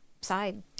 side